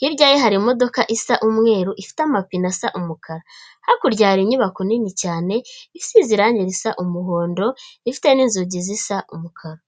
hirya ye hari imodoka isa umweru, ifite amapine asa umukara, hakurya hari inyubako nini cyane isize irange risa umuhondo, ifite n'inzugi zisa umukara.